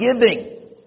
giving